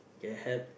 can help